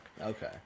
Okay